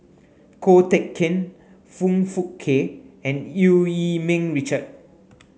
Ko Teck Kin Foong Fook Kay and Eu Yee Ming Richard